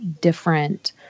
different